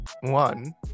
one